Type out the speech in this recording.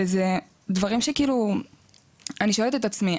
וזה דברים שאני שואלת עצמי,